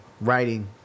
writing